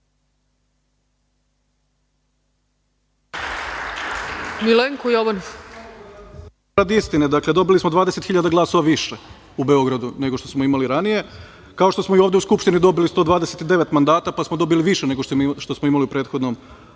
Samo za rad istine. Dakle, dobili smo 20 hiljada glasova više u Beogradu nego što smo imali ranije, kao što smo i ovde u Skupštini dobili 129 mandata, pa smo dobili više nego što smo imali u prethodnom